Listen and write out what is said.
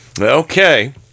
Okay